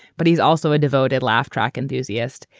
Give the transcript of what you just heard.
but he's also a devoted laugh track enthusiast.